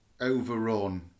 overrun